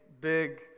big